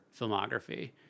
filmography